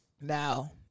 Now